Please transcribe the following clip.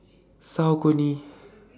Saucony